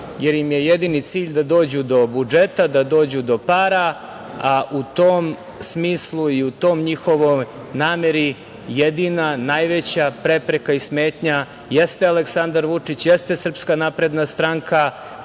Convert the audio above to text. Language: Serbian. jer im je jedini cilj da dođu do budžeta, da dođu do para.U tom smislu i u tom njihovoj nameri jedina, najveća prepreka i smetnja jeste Aleksandar Vučić, jeste SNS koja je dovela